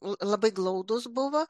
labai glaudūs buvo